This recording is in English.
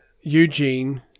Eugene